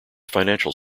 financial